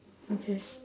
okay